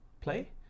Play